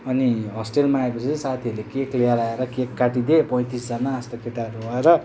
अनि हस्टेलमा आएपछि चाहिँ साथीहरूले केक लिएर आएर केक काटिदिए पैँतिसजना जस्तो केटाहरू भएर